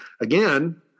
again